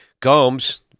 Combs